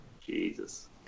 Jesus